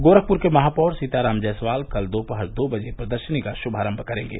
गोरखप्र के महापौर सीताराम जायसवाल कल दोपहर दो बजे प्रदर्शनी का शुभारंभ करेंगे